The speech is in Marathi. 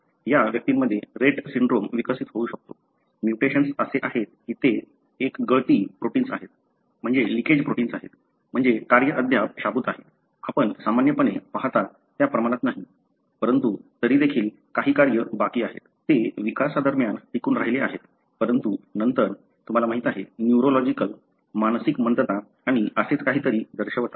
या व्यक्तींमध्ये रेट सिंड्रोम विकसित होऊ शकतो म्युटेशन असे आहेत की ते एक गळती प्रोटिन्स आहे म्हणजे कार्य अद्याप शाबूत आहे आपण सामान्यपणे पाहता त्या प्रमाणात नाही परंतु तरी देखील काही कार्य बाकी आहे ते विकासादरम्यान टिकून राहिले आहेत परंतु नंतर तुम्हाला माहिती आहे न्यूरोलॉजिकल मानसिक मंदता आणि असेच काहीतरी दर्शवतात